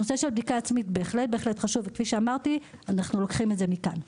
נושא של בדיקה עצמית בהחלט חשוב וכפי שאמרתי אנחנו לוקחים את זה מכאן,